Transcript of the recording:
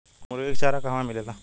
मुर्गी के चारा कहवा मिलेला?